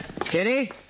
Kitty